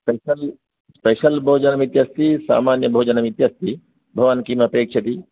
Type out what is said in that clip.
special special भोजनम् इत्यस्ति सामान्य भोजनं इत्यस्ति भवान् किम् अपेक्षति